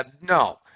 No